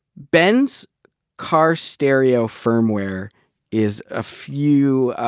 ben's car stereo firmware is a few